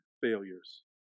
failures